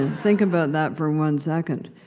think about that for one second.